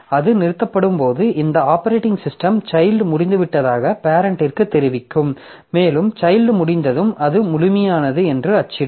அது நிறுத்தப்படும்போது இந்த ஆப்பரேட்டிங் சிஸ்டம் சைல்ட் முடிந்துவிட்டதாக பேரெண்ட்டிற்குத் தெரிவிக்கும் மேலும் சைல்ட் முடிந்ததும் அது முழுமையானது என்று அச்சிடும்